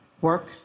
Work